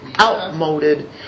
outmoded